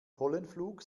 pollenflug